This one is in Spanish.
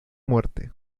muerte